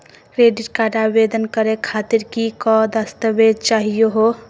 Credit card आवेदन करे खातीर कि क दस्तावेज चाहीयो हो?